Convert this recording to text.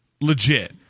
legit